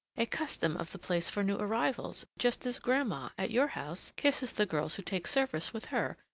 a custom of the place for new arrivals, just as grandma, at your house, kisses the girls who take service with her,